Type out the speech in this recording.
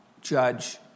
judge